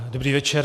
Dobrý večer.